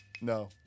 No